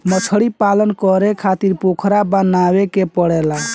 मछलीपालन करे खातिर पोखरा बनावे के पड़ेला